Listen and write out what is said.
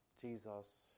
Jesus